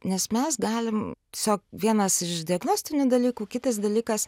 nes mes galim tiesiog vienas iš diagnostinių dalykų kitas dalykas